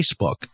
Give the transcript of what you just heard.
Facebook